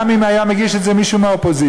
גם אם היה מגיש את זה מישהו מהאופוזיציה,